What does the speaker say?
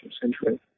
century